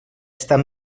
estar